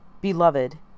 Beloved